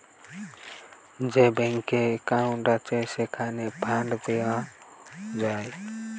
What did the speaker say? যে ব্যাংকে একউন্ট আছে, সেইখানে ফান্ড দেওয়া যায়